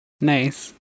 Nice